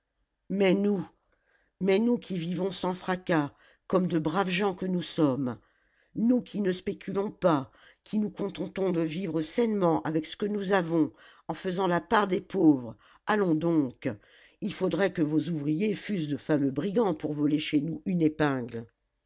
mais nous mais nous qui vivons sans fracas comme de braves gens que nous sommes nous qui ne spéculons pas qui nous contentons de vivre sainement avec ce que nous avons en faisant la part des pauvres allons donc il faudrait que vos ouvriers fussent de fameux brigands pour voler chez nous une épingle